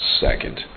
second